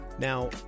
Now